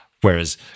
Whereas